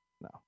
No